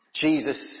Jesus